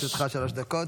לרשותך שלוש דקות.